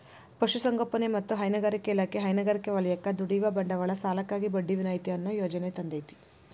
ಪಶುಸಂಗೋಪನೆ ಮತ್ತ ಹೈನುಗಾರಿಕಾ ಇಲಾಖೆ ಹೈನುಗಾರಿಕೆ ವಲಯಕ್ಕ ದುಡಿಯುವ ಬಂಡವಾಳ ಸಾಲಕ್ಕಾಗಿ ಬಡ್ಡಿ ವಿನಾಯಿತಿ ಅನ್ನೋ ಯೋಜನೆ ತಂದೇತಿ